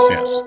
Yes